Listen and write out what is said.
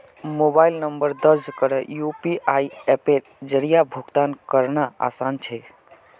mobile number दर्ज करे UPI अप्पेर जरिया भुगतान करना आसान छे